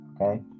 Okay